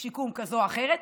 שיקום כזאת או אחרת.